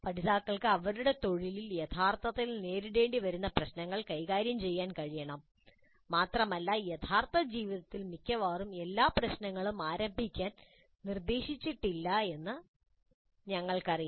പഠിതാക്കൾക്ക് അവരുടെ തൊഴിലിൽ യഥാർത്ഥത്തിൽ നേരിടേണ്ടിവരുന്ന പ്രശ്നങ്ങൾ കൈകാര്യം ചെയ്യാൻ കഴിയണം മാത്രമല്ല യഥാർത്ഥ ജീവിതത്തിൽ മിക്കവാറും എല്ലാ പ്രശ്നങ്ങളും ആരംഭിക്കാൻ നിർദ്ദേശിച്ചിട്ടില്ലെന്ന് ഞങ്ങൾക്കറിയാം